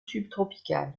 subtropicales